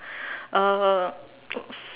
uh